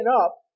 up